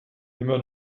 immer